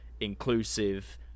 inclusive